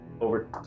over